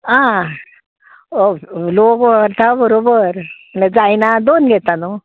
आं लोक व्हरता बरोबर म्हळ्यार जायना दोन घेता न्हू